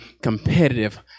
competitive